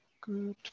good